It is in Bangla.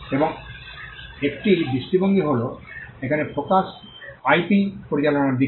এবং একটি দৃষ্টিভঙ্গি হল এখানে ফোকাস আইপি পরিচালনার দিকে